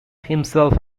himself